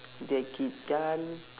jackie chan